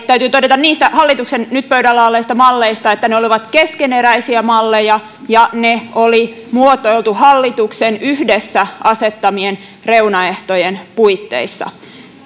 täytyy todeta hallituksen nyt pöydällä olleista malleista että ne olivat keskeneräisiä malleja ja ne oli muotoiltu hallituksen yhdessä asettamien reunaehtojen puitteissa